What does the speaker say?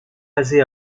basés